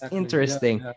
interesting